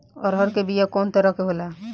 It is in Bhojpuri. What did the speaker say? अरहर के बिया कौ तरह के होला?